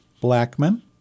Blackman